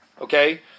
Okay